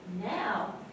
Now